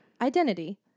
identity